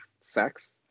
sex